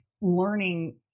learning